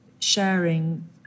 sharing